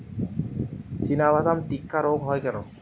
চিনাবাদাম টিক্কা রোগ হয় কেন?